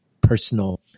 personal